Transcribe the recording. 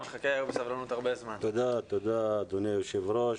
תודה אדוני היושב ראש.